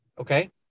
okay